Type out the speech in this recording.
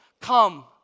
Come